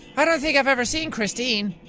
i don't think i've ever seen christine?